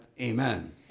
amen